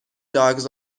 dogs